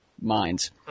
minds